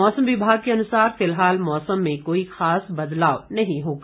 मौसम विभाग के अनुसार फिलहाल मौसम में कोई खास बदलाव नहीं होगा